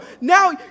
Now